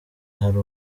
hari